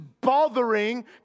bothering